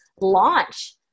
launch